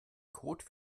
code